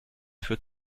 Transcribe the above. führt